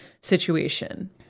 situation